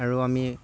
আৰু আমি